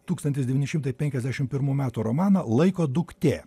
tūkstantis devyni šimtai penkiasdešim pirmų metų romaną laiko duktė